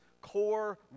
core